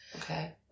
Okay